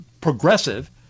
progressive